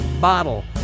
bottle